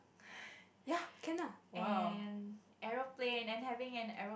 and aeroplane and having an aero~